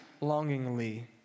longingly